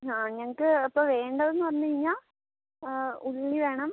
ആ ഞങ്ങൾക്ക് അപ്പോൾ വേണ്ടതെന്ന് പറഞ്ഞു കഴിഞ്ഞാൽ ഉള്ളി വേണം